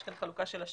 יש כאן חלוקה של השעות.